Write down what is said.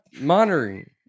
monitoring